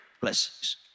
blessings